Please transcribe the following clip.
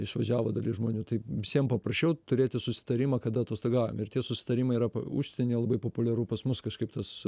išvažiavo dalis žmonių tai visiem paprasčiau turėti susitarimą kad atostogaujame ir tie susitarimai yra užsienyje labai populiaru pas mus kažkaip tas